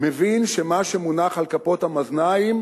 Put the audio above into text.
מבין שמה שמונח על כפות המאזניים